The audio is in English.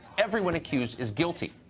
everybody accused is guilty.